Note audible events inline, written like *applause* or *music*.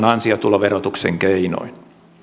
*unintelligible* ansiotuloverotuksen keinoin